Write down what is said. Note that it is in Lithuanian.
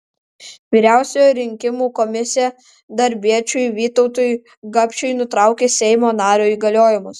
vyriausioji rinkimų komisija darbiečiui vytautui gapšiui nutraukė seimo nario įgaliojimus